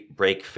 break